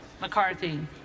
McCarthy